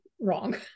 wrong